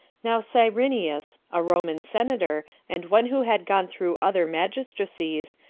now cyrenius, a roman senator, and one who had gone through other magistracies,